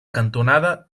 cantonada